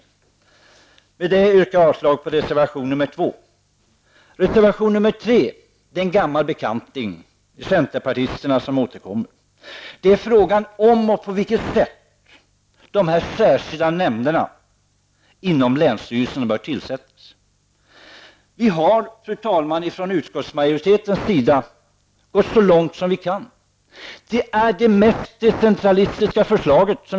Därmed yrkar jag avslag på reservation 2. Reservation 3 är en gammal bekanting. Det är centerpartisterna som återkommer. Reservationen handlar om på vilket sätt de särskilda nämnderna inom länsstyrelserna bör tillsättas. Vi har från utskottsmajoritetens sida gått så långt vi kan i den här frågan. Detta är det mest decentralistiska förslaget vi har.